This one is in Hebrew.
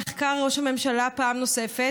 נחקר ראש הממשלה פעם נוספת,